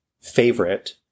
favorite